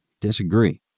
disagree